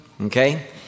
Okay